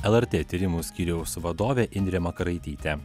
lrt tyrimų skyriaus vadovė indrė makaraitytė